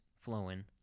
flowing